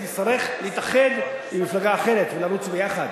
היא תצטרך להתאחד עם מפלגה אחרת ולרוץ יחד.